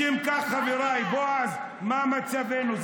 לשם כך, חבריי, בועז, מה מצבנו?